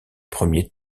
premier